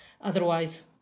otherwise